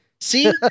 See